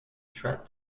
treat